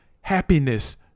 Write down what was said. happiness